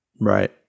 Right